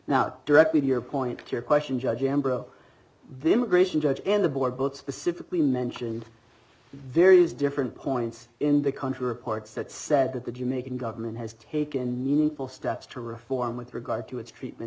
now directly to your point to your question judge member of the immigration judge and the board both specifically mentioned various different points in the country reports that said that the jamaican government has taken meaningful steps to reform with regard to its treatment